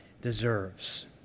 deserves